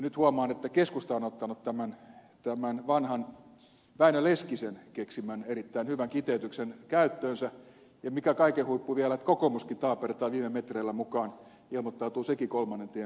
nyt huomaan että keskusta on ottanut tämän vanhan väinö leskisen keksimän erittäin hyvän kiteytyksen käyttöönsä ja mikä kaiken huippu vielä kokoomuskin taapertaa viime metreillä mukaan ilmoittautuu sekin kolmannen tien kannattajaksi